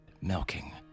milking